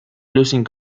losing